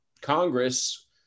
Congress